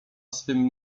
swym